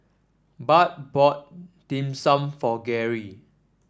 Bart bought Dim Sum for Geri